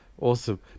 Awesome